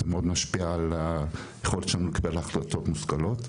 זה מאוד משפיע על היכולת שלנו לקבל החלטות מושכלות.